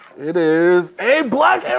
it is a black and